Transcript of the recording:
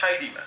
Tidyman